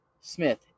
Smith